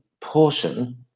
portion